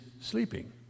sleeping